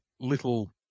Little